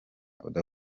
oda